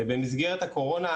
במסגרת הקורונה,